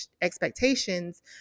expectations